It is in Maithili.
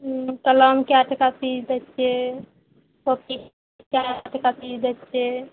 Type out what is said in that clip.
हुँ कलम कै टका पीस दै छिए कॉपी कै टका पीस दै छिए